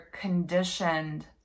conditioned